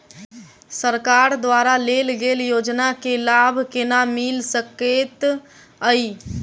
सरकार द्वारा देल गेल योजना केँ लाभ केना मिल सकेंत अई?